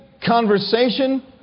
conversation